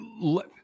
let